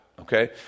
Okay